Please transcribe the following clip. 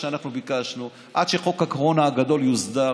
שאנחנו ביקשנו עד שחוק הקורונה הגדול יוסדר,